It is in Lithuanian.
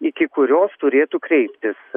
iki kurios turėtų kreiptis